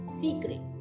secret